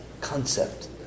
concept